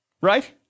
right